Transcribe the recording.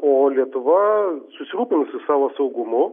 o lietuva susirūpinus su savo saugumu